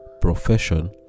profession